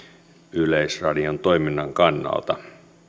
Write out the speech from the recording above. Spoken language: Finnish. yleisradion toiminnan kannalta